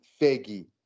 Fergie